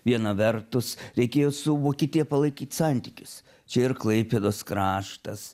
viena vertus reikėjo su vokietija palaikyt santykius čia ir klaipėdos kraštas